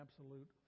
absolute